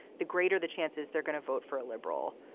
the greater the chances they're gonna vote for a liberal.